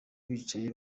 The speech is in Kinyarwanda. bicaye